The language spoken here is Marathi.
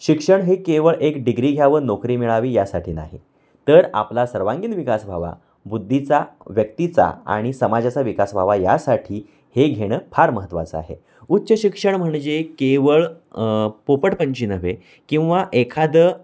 शिक्षण हे केवळ एक डिग्री घ्यावं नोकरी मिळावी यासाठी नाही तर आपला सर्वांगीण विकास व्हावा बुद्धीचा व्यक्तीचा आणि समाजाचा विकास व्हावा यासाठी हे घेणं फार महत्त्वाचं आहे उच्च शिक्षण म्हणजे केवळ पोपटपंची नव्हे किंवा एखादं